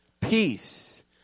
Peace